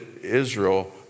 Israel